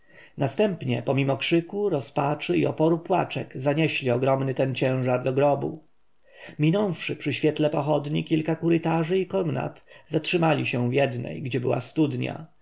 następnie pomimo krzyku rozpaczy i oporu płaczek zanieśli ogromny ten ciężar do grobu minąwszy przy świetle pochodni kilka korytarzy i komnat zatrzymali się w jednej gdzie była studnia